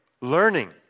learning